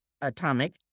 atomic